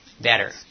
better